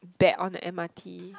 bad on the m_r_t